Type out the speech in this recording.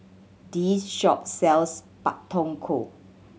this shop sells Pak Thong Ko